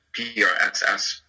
PRXS